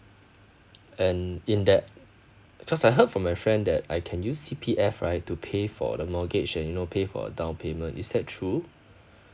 and in that because I heard from my friend that I can use C_P_F right to pay for the mortgage and you know pay for a down payment is that true